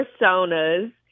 personas